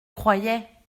croyais